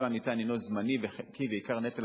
הסיוע הניתן הוא זמני וחלקי ועיקר נטל